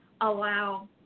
allow